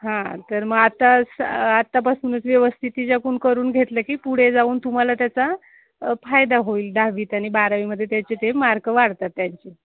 हां तर मग आत्ता स आतापासूनच व्यवस्थित तिच्याकडून करून घेतलं की पुढे जाऊन तुम्हाला त्याचा फायदा होईल दहावीत आणि बारावीमध्ये त्याचे ते मार्क वाढतात त्यांचे